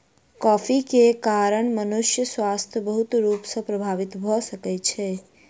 coffee के कारण मनुषक स्वास्थ्य बहुत रूप सॅ प्रभावित भ सकै छै